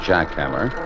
Jackhammer